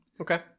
okay